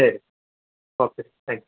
ശരി okay thank you